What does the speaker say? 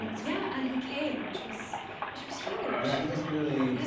yeah. and he came, which was which was huge. yeah, he doesn't really